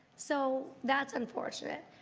so that's unfortunate,